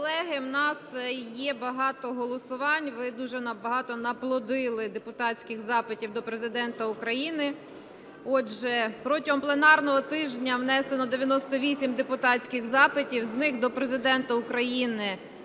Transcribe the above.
колеги, у нас є багато голосувань. Ви дуже багато наплодили депутатських запитів до Президента України. Отже, протягом пленарного тижня внесено 98 депутатських запитів. З них: до Президента України